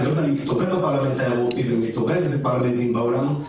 אני לא יודע מי מסתובב בפרלמנט האירופי ומי מסתובב בפרלמנטים בעולם,